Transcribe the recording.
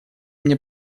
мне